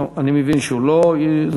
אני מבין שהוא לא נמצא.